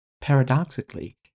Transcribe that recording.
paradoxically